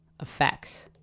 effects